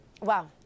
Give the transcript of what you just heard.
Wow